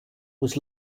was